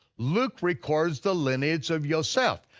luke records the lineage of yoseph,